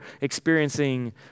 experiencing